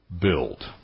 build